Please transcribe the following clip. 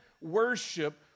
worship